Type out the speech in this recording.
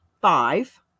five